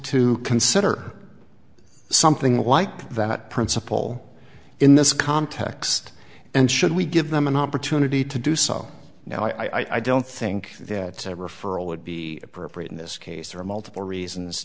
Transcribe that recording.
to consider something like that principle in this context and should we give them an opportunity to do so now i don't think it's a referral would be appropriate in this case there are multiple reasons